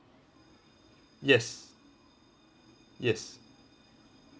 yes yes